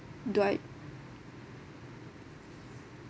do I